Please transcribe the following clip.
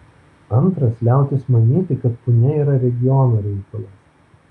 antras liautis manyti kad punia yra regiono reikalas